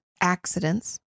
accidents